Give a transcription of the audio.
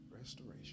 Restoration